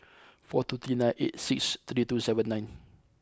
four two three nine eight six three two seven nine